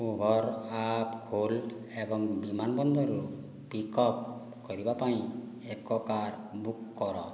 Uber app ଖୋଲ୍ ଏବଂ ବିମାନବନ୍ଦରରୁ ପିକ୍ଅପ୍ କରିବା ପାଇଁ ଏକ କାର୍ ବୁକ୍ କର